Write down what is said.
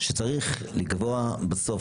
שצריך לקבוע בסוף,